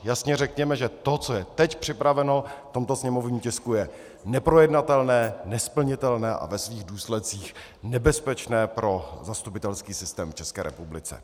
Jasně řekněme, že to, co je teď připraveno v tomto sněmovním tisku, je neprojednatelné, nesplnitelné a ve svých důsledcích nebezpečné pro zastupitelský systém v České republice.